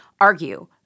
argue